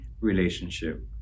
relationship